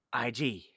IG